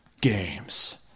games